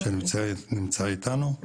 שנמצא איתנו,